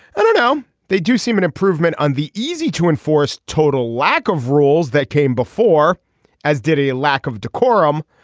i don't know. they do seem an improvement on the easy to enforce total lack of rules that came before as did a lack of decorum.